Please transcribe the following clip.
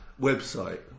Website